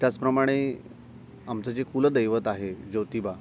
त्याचप्रमाणे आमचं जे कुलदैवत आहे ज्योतिबा